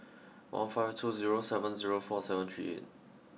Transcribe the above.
one five two zero seven zero four seven three eight